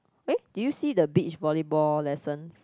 eh did you see the beach volleyball lessons